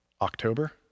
October